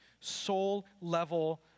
soul-level